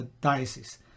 Diocese